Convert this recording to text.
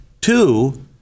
Two